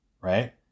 right